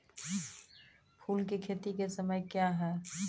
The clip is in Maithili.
फुल की खेती का समय क्या हैं?